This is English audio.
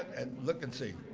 and look and see.